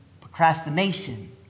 Procrastination